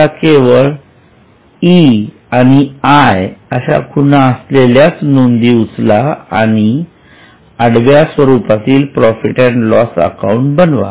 आता केवळ E आणि I अशा खुणा असलेल्याच नोंदी उचला आणि आडव्या स्वरूपातील प्रॉफिट अँड लॉस अकाउंट बनवा